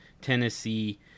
Tennessee